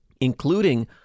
including